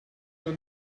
your